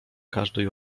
każdej